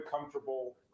Comfortable